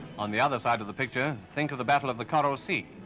on the other side of the picture, think of the battle of the coral sea,